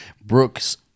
Brooks